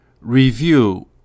Review